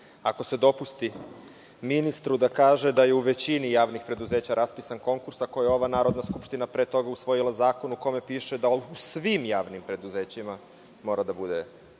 ako se dopusti ministru da kaže da je u većini javnih preduzeća raspisan konkurs, ako je ova Narodna skupština pre toga usvojila zakon u kome piše da u svim javnim preduzećima mora da bude